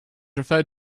referred